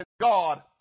God